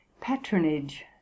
patronage